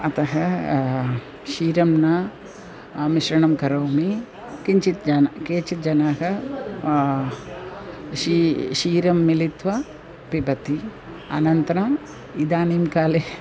अतः क्षीरं न मिश्रणं करोमि किञ्चिज्जनः केचिज्जनाः शी क्षीरं मेलयित्वा पिबन्ति अनन्तरं इदानीं काले